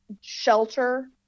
shelter